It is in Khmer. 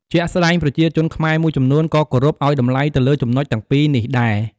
ជាក់ស្ដែង ប្រជាជនខ្មែរមួយចំនួនក៏គោរពឱ្យតម្លៃទៅលើចំណុចទាំងពីរនេះដែរ។